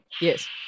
Yes